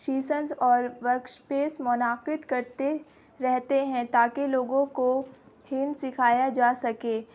sessions اور workshops منعقد کرتے رہتے ہیں تاکہ لوگوں کو ہند سکھایا جا سکے